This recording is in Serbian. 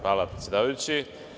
Hvala, predsedavajući.